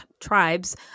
tribes